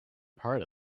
part